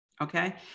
Okay